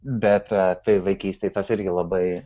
bet tai vaikystėj tas irgi labai